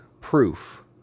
proof